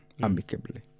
amicably